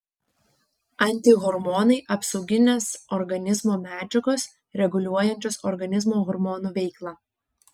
antihormonai apsauginės organizmo medžiagos reguliuojančios organizmo hormonų veiklą